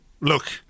look